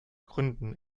gründen